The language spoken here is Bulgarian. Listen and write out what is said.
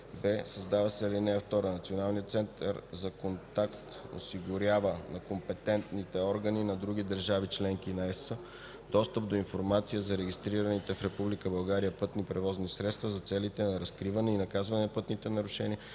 б) създава се ал. 2: „(2) Националният център за контакт осигурява на компетентните органи на други държави – членки на ЕС, достъп до информация за регистрираните в Република България пътни превозни средства за целите на разкриване и наказване на пътни нарушения,